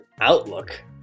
outlook